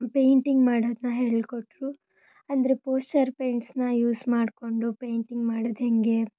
painting ಮಾಡೋದನ್ನ ಹೇಳಿಕೊಟ್ರು ಅಂದರೆ ಪೋಸ್ಟರ್ ಪೇಂಟ್ಸನ್ನ ಯೂಸ್ ಮಾಡಿಕೊಂಡು ಪೇಂಟಿಂಗ್ ಮಾಡೋದು ಹೇಗೆ